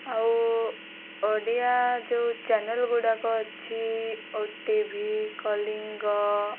ଆଉ ଓଡ଼ିଆ ଯେଉଁ ଚ୍ୟାନେଲ୍ ଗୁଡ଼ାକ ଅଛି ଓ ଟି ଭି କଳିଙ୍ଗ